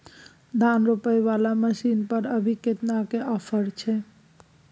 धान रोपय वाला मसीन पर अभी केतना के ऑफर छै?